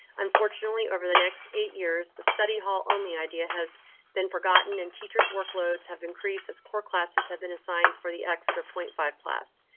unfortunately, over the next eight years, the study hall only idea has been forgotten and teachers workloads have increased as core classes have been assigned for the extra point five plus.